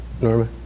Norma